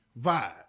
vibe